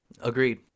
agreed